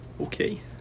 okay